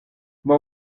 moi